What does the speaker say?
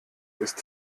ist